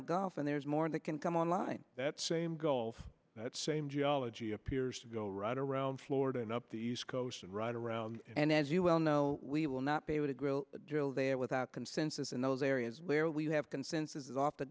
the gulf and there's more that can come online that same gulf that same geology appears to go right around florida and up the east coast and right around and as you well know we will not be able to grow drill there without consensus in those areas where we have consensus is off the